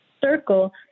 circle